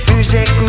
Music